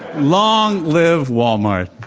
long live walmart.